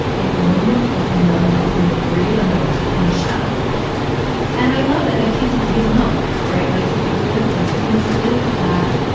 if one more fucking nun tells me to breathe, i'm gonna punch them! megan and i love that. now he's a, he's a monk, right, like so he's lived this, but he's lived that,